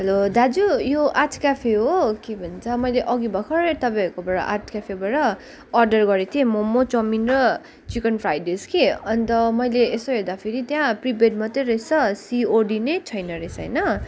hello दाजु यो art cafe हो यो के भन्छ मैले अघि भर्खरै तपाईँहरूकोबाट आर्ट क्याफेबाट अर्डर गरेको थिएँ मोमो चाउमिन र चिकन फ्राइड राइस कि अन्त मैले यसो हेर्दाखेरि त्यहाँ प्रिपेड मात्रै रहेछ सिओडी नै छैन रहेछ होइन